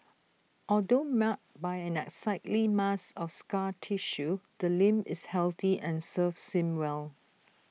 although marred by an unsightly mass of scar tissue the limb is healthy and serves him well